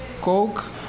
coke